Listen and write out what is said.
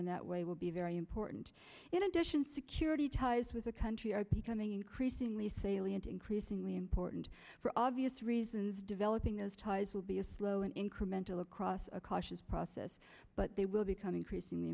nominet way will be very important in addition security ties with the country are becoming increasingly salient increasingly important for obvious reasons developing those ties will be a slow incremental across a cautious process but they will become increasingly